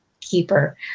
keeper